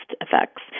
effects